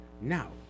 Now